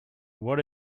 what